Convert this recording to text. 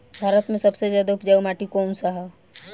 भारत मे सबसे ज्यादा उपजाऊ माटी कउन सा ह?